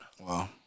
Wow